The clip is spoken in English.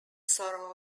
sorrow